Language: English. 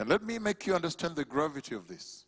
and let me make you understand the gravity of this